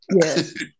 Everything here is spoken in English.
Yes